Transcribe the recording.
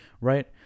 right